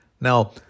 Now